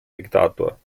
diktator